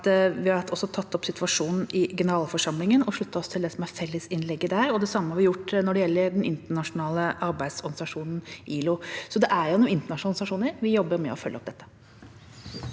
har tatt opp situasjonen i generalforsamlingen og sluttet oss til fellesinnlegget der. Det samme har vi gjort når det gjelder den internasjonale arbeidsorganisasjonen, ILO. Så det er gjennom internasjonale organisasjoner vi jobber med å følge opp dette.